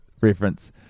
reference